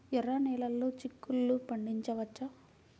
ఎర్ర నెలలో చిక్కుల్లో పండించవచ్చా?